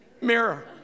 mirror